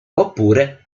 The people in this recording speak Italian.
oppure